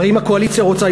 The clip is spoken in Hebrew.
הרי אם הקואליציה רוצה,